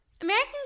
American